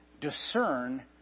discern